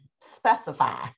specify